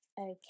okay